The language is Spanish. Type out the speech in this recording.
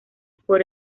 por